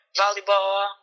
volleyball